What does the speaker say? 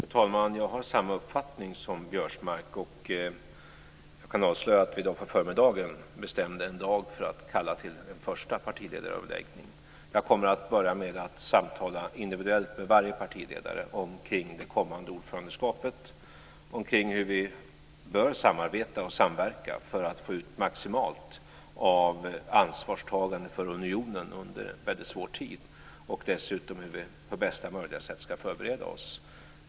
Fru talman! Jag har samma uppfattning som Biörsmark, och jag kan avslöja att vi i dag på förmiddagen bestämde en dag för att kalla till en första partiledaröverläggning. Jag kommer att börja med att samtala individuellt med varje partiledare om det kommande ordförandeskapet, om hur vi bör samarbeta och samverka för att få ut maximalt av ansvarstagande för unionen under en väldigt svår tid och dessutom om hur vi på bästa sätt ska förbereda oss.